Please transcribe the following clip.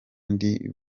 ndi